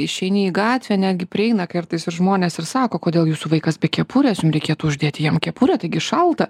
išeini į gatvę netgi prieina kartais ir žmonės ir sako kodėl jūsų vaikas be kepurės jum reikėtų uždėti jam kepurę taigi šalta